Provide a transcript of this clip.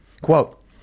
Quote